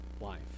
life